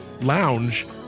lounge